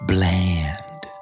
Bland